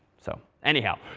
so anyhow,